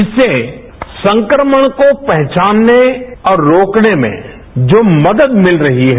इससे संक्रमण को पहचानने और रोकने में जो मदद मिल रही है